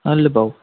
हल भाउ